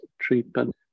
treatment